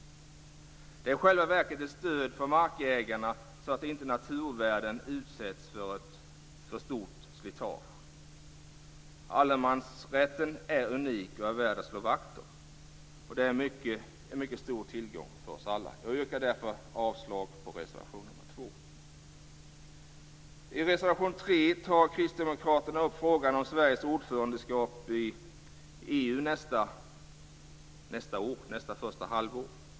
Det är i själva verket ett stöd för markägarna så att inte naturvärden utsätts för ett för stort slitage. Allemansrätten är unik och värd att slå vakt om. Den är en mycket stor tillgång för oss alla. Jag yrkar därför avslag på reservation 2. I reservation 3 tar kristdemokraterna upp frågan om Sveriges ordförandeskap i EU nästa första halvår.